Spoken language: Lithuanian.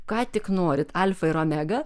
ką tik norit alfa ir omega